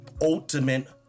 ultimate